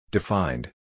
Defined